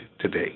today